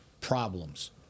problems